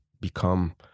become